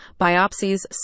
biopsies